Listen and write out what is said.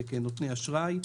כנותני אשראי.